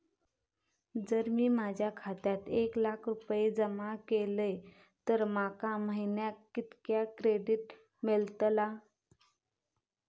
जर मी माझ्या खात्यात एक लाख रुपये जमा केलय तर माका महिन्याक कितक्या क्रेडिट मेलतला?